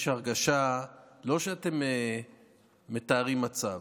יש הרגשה שאתם לא מתארים מצב,